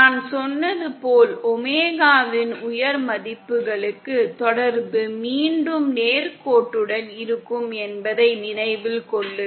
நான் சொன்னது போல் ஒமேகாவின் உயர் மதிப்புகளுக்கு தொடர்பு மீண்டும் நேர்கோட்டுடன் இருக்கும் என்பதை நினைவில் கொள்க